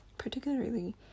particularly